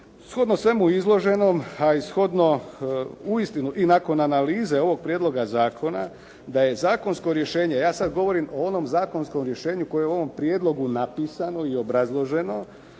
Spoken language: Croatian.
Shodno svemu izloženom a i shodno uistinu i nakon analize ovog prijedloga zakona da je zakonsko rješenje, ja sad govorim o onom zakonskom rješenju koje je u ovom prijedlogu napisano i obrazloženje